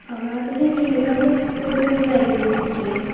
हां तुसेंगी कि'न्ने केह्ड़ी केह्ड़ी बराइटी दे फुल्ल चाहिदे